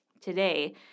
today